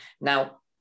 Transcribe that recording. Now